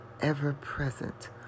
ever-present